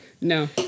No